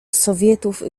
sowietów